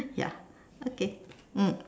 ya okay mm